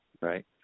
right